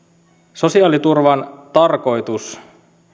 sosiaaliturvan tarkoitus